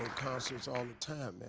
concerts all the time